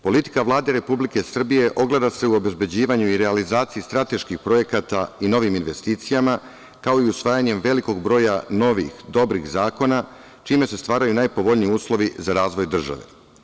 Politika Vlade Republike Srbije ogleda se u obezbeđivanju i realizaciji strateških projekata i novim investicijama, kao i usvajanjem velikog broja novih dobrih zakona, čime se stvaraju najpovoljniji uslovi za razvoj države.